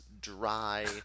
dry